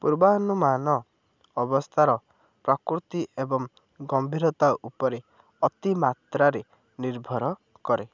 ପୂର୍ବାନୁମାନ ଅବସ୍ଥାର ପ୍ରକୃତି ଏବଂ ଗମ୍ଭୀରତା ଉପରେ ଅତିମାତ୍ରାରେ ନିର୍ଭର କରେ